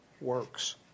works